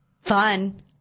fun